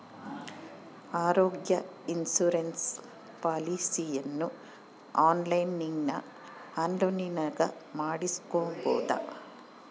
ಆರೋಗ್ಯ ಇನ್ಸುರೆನ್ಸ್ ಪಾಲಿಸಿಯನ್ನು ಆನ್ಲೈನಿನಾಗ ಮಾಡಿಸ್ಬೋದ?